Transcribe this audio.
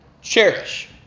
cherish